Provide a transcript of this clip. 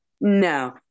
No